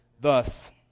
Thus